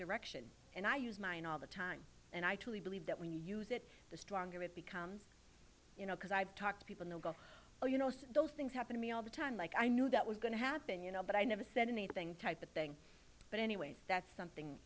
direction and i use mine all the time and i truly believe that when you use it the stronger it becomes you know because i've talked to people who are you know those things happen to me all the time like i knew that was going to happen you know but i never said anything type of thing but anyway that's something